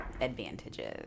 advantages